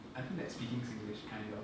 I feel like speaking singlish kind of